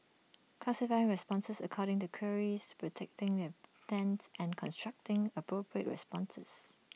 classifying responses according to queries predicting their intents and constructing appropriate responses